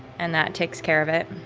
and that takes care of it.